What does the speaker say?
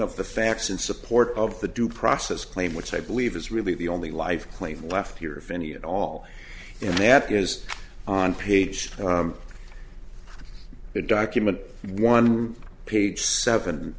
of the facts in support of the due process claim which i believe is really the only life claim left here if any at all and that is on page the document one page seven